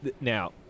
Now